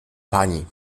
pani